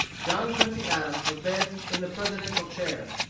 john quincy adams was then in the presidential chair.